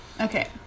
okay